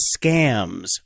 scams